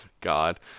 God